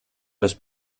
los